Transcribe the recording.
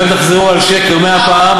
גם אם תחזרו על שקר מאה פעם,